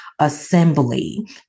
assembly